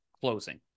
closing